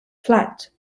flat